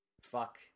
fuck